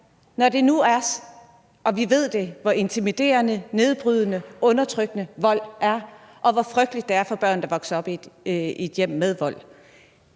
Når vi nu ved, hvor intimiderende, nedbrydende og undertrykkende vold er, og hvor frygteligt det er for børn, der vokser op i et hjem med vold,